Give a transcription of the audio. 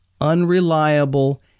unreliable